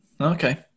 Okay